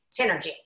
synergy